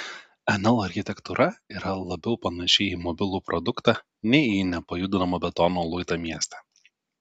nl architektūra yra labiau panaši į mobilų produktą nei į nepajudinamą betono luitą mieste